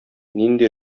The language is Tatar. нинди